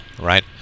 right